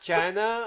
China